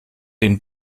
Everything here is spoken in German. den